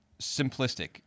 simplistic